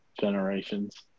Generations